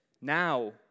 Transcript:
Now